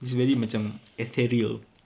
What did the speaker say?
it's very macam ethereal